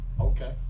Okay